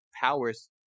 powers